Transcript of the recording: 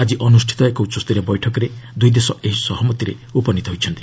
ଆଜି ଅନୁଷ୍ଠିତ ଏକ ଉଚ୍ଚସ୍ତରୀୟ ବୈଠକରେ ଦୁଇ ଦେଶ ଏହି ସହମତିରେ ଉପନୀତ ହୋଇଛନ୍ତି